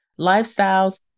lifestyles